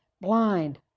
blind